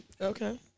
Okay